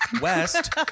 West